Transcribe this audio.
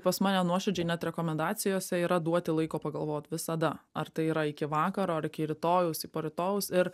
pas mane nuoširdžiai net rekomendacijose yra duoti laiko pagalvot visada ar tai yra iki vakaro ar iki rytojaus i porytojaus ir